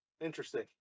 Interesting